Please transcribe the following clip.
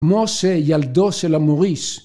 מושה ילדו של המוריש